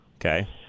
Okay